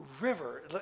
river